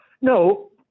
No